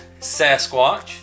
sasquatch